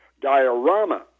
diorama